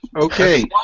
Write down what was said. Okay